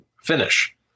finish